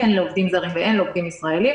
הן לעובדים זרים והן לעובדים ישראלים